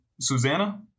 Susanna